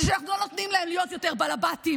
שאנחנו לא נותנים להם להיות יותר בעלבתים.